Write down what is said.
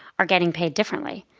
are getting paid differently.